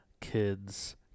kids